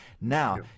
Now